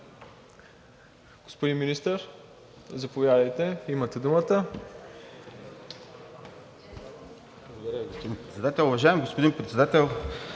Господин Министър, заповядайте, имате думата.